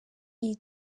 iyi